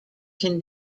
can